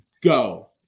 go